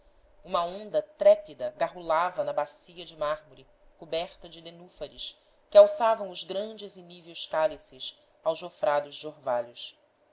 uma onda trépida garrulava na bacia de mármore coberta de nenúfares que alçavam os grandes e níveos cálices aljofrados de orvalhos